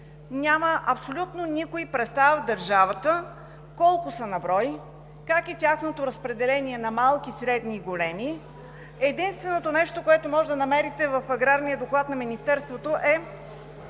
– абсолютно никой в държавата няма представа колко са на брой, как е тяхното разпределение на малки, средни и големи. Единственото нещо, което може да намерите в Аграрния доклад на Министерството, е